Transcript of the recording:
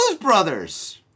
Brothers